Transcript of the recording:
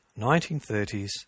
1930s